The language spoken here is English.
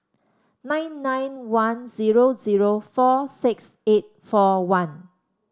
nine nine one zero zero four six eight four one